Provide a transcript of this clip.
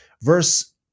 Verse